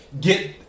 get